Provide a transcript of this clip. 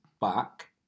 back